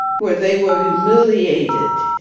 where they were humiliated,